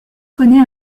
connait